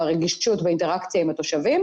הרגישות והאינטראקציה עם התושבים,